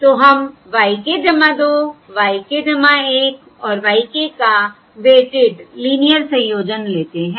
तो हम y k 2 y k 1 और y k का वेटिड लीनियर संयोजन लेते हैं